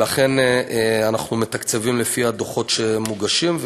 ולכן אנחנו מתקצבים לפי הדוחות שמוגשים,